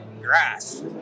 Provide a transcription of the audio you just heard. grass